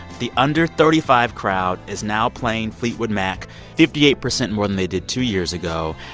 the under thirty five crowd is now playing fleetwood mac fifty eight percent more than they did two years ago.